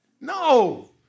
No